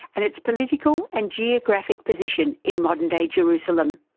and its political and geographic position in modern-day jerusalem.